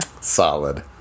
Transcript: Solid